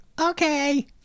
okay